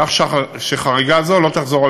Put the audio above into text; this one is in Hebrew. כך שחריגה זו לא תחזור.